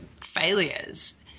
failures